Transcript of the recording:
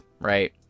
right